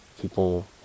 people